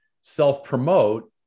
self-promote